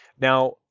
Now